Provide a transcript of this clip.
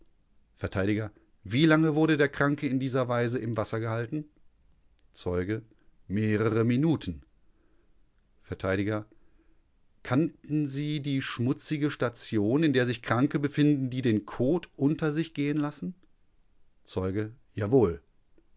vert wie lange wurde der kranke in dieser weise im wasser gehalten zeuge mehrere minuten vert kannten sie die schmutzige station in der sich kranke befanden die den kot unter sich gehen lassen zeuge jawohl